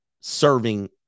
serving